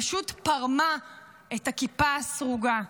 פשוט פרמה את הכיפה הסרוגה.